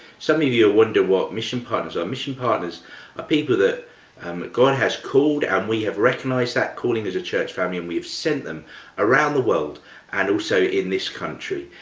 some of you are wondering what mission partners are. mission partners are ah people that um god has called and we have recognized that calling as a church family and we have sent them around the world and also in this country.